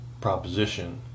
proposition